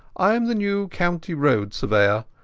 ai am the new county road surveyor.